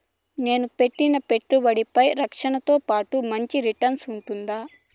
నేను పెట్టిన పెట్టుబడులపై రక్షణతో పాటు మంచి రిటర్న్స్ ఉంటుందా?